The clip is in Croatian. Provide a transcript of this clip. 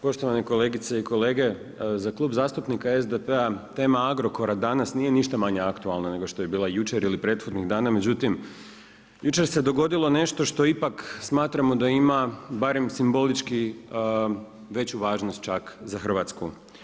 Poštovane kolegice i kolege, za Klub zastupnika SDP-a tema Agrokora danas nije ništa manje aktualna nego što je bila jučer ili prethodnih dana, međutim jučer se dogodilo nešto što ipak smatramo da ima barem simbolički, veću važnost čak za Hrvatsku.